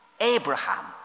Abraham